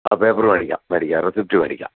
ആ പേപ്പറ് വേടിക്കാം വേടിക്കാം റെസിപ്റ്റ് വേടിക്കാം